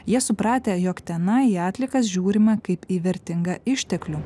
jie supratę jog tenai atliekas žiūrima kaip į vertingą išteklių